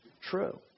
true